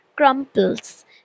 crumples